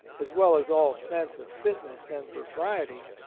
as well as all sense of fitness and propriety,